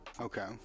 Okay